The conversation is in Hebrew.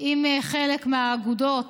עם חלק מהאגודות